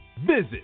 Visit